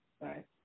right